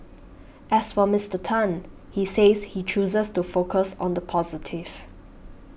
as for Mister Tan he says he chooses to focus on the positive